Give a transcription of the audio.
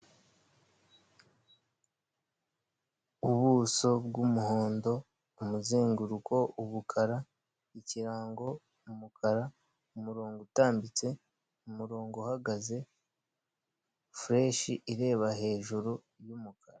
Ubuso bw'umuhondo, umuzenguruko umukara, ikirango umukara, umurongo utambitse, umurongo uhagaze, fureshi ireba hejuru y'umukara.